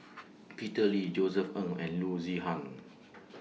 Peter Lee Josef Ng and Loo Zihan